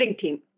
team